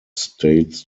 states